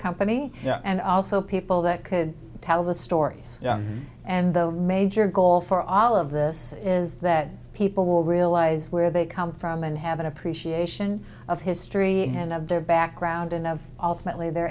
company and also people that could tell the stories and the major goal for all of this is that people will realize where they come from and have an appreciation of history and of their background and of alternately their